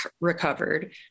recovered